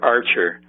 Archer